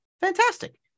fantastic